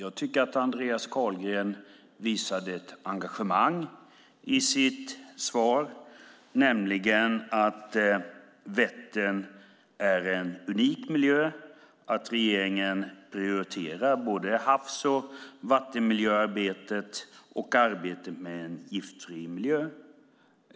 Andreas Carlgren visade ett engagemang i sitt svar. Vättern är en unik miljö, och regeringen prioriterar både havs och vattenmiljöarbete och arbetet med en giftfri miljö.